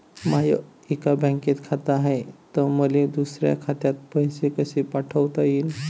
माय एका बँकेत खात हाय, त मले दुसऱ्या खात्यात पैसे कसे पाठवता येईन?